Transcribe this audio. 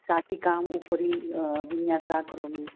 शाटिकाम् उपरि विन्यासः करोमि